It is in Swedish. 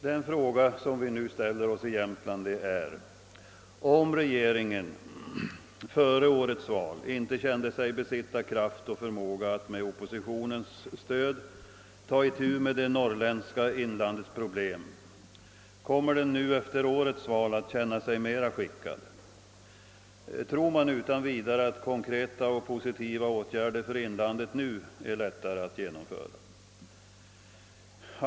Den fråga vi nu ställer oss i Jämtland är denna: Om regeringen före årets val inte kände sig besitta kraft och förmåga att med oppositionens stöd ta itu med det norrländska inlandets problem, kommer den nu efter årets val att känna sig mera skickad? Tror man att konkreta och positiva åtgärder för inlandet är lättare att genomföra nu?